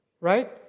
Right